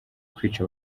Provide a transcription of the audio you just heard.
kwica